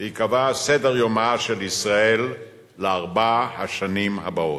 וייקבע סדר-יומה של ישראל לארבע השנים הבאות.